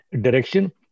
direction